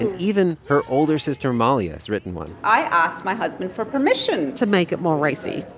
and even her older sister mahlia has written one i asked my husband for permission to make it more racy.